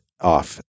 off